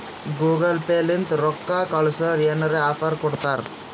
Google Pay ಲಿಂತ ರೊಕ್ಕಾ ಕಳ್ಸುರ್ ಏನ್ರೆ ಆಫರ್ ಕೊಡ್ತಾರ್